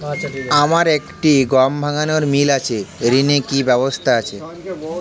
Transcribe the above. আমার একটি গম ভাঙানোর মিল আছে ঋণের কি ব্যবস্থা আছে?